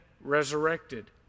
resurrected